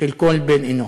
של כל בן-אנוש.